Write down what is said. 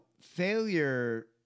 failure